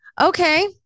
Okay